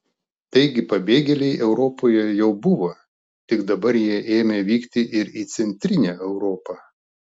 taigi pabėgėliai europoje jau buvo tik dabar jie ėmė vykti ir į centrinę europą